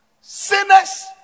Sinners